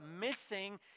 missing